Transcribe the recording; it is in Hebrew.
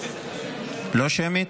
לא שמית?